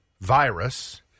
virus